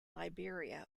liberia